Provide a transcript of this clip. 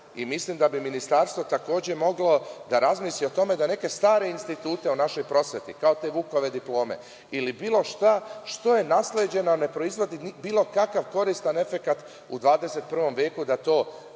mislim da bi Ministarstvo takođe moglo da razmisli o tome da neke stare institute u našoj prosveti, kao te Vukove diplome ili bilo šta što je nasleđeno a ne proizvodi bilo kakav koristan efekat u 21. veku,